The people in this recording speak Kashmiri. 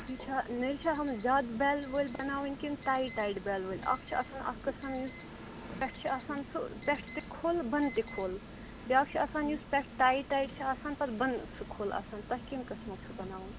یہِ چھا نہ حظ یہِ چھا زیادٕ بیل وٲلۍ بَناوٕنۍ کِنہٕ ٹایِٹ ٹایِٹ وٲلۍ بیل اَکھ چھِ آسان اَکھ قٕسٕم یُس پٮ۪ٹھ چھِ آسان سُہ پٮ۪ٹھٕ تہِ کھوٚل بنہٕ تہِ کھوٚل بیٛاکھ چھُ آسان یُس پٮ۪ٹھ ٹایِٹ ٹایٹ چھِ آسان پَتہٕ بۄنہٕ سُہ کھوٚل آسان تۄہہِ کَمہِ قٕسمُک چھُو بَناوُن